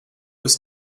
was